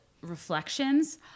Reflections